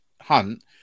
Hunt